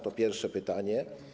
To pierwsze pytanie.